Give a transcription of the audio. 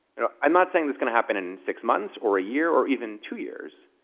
you know i'm not saying that's going to happen in six months, or a year, or even two years.